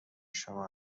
شما